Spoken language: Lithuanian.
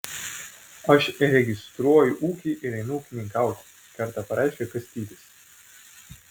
aš registruoju ūkį ir einu ūkininkauti kartą pareiškė kastytis